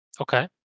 Okay